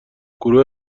گروه